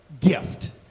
gift